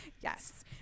Yes